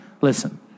listen